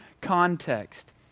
context